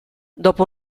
dopo